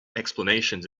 explanations